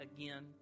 again